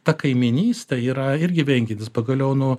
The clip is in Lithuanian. ta kaimynystė yra irgi veikiantis pagaliau nu